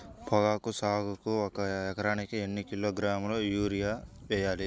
పొగాకు సాగుకు ఒక ఎకరానికి ఎన్ని కిలోగ్రాముల యూరియా వేయాలి?